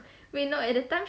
I mean not at that time